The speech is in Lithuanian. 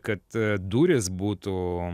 kad durys būtų